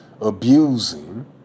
abusing